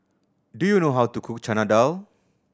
do you know how to cook Chana Dal